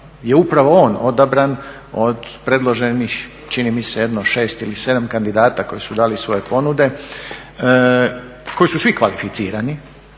je upravo on odabran od predloženih čini mi se jedno šest ili sedam kandidata koji su dali svoje ponude koji su svi kvalificirani